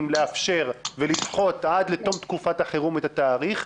לאפשר ולדחות עד לתום תקופת החירום את התאריך,